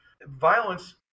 Violence